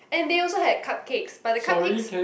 and they also had like cupcakes but the cupcakes